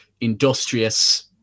industrious